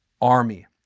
army